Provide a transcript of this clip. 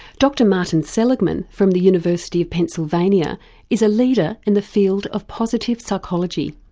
dr martin seligman from the university of pennsylvania is a leader in the field of positive psychology.